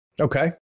Okay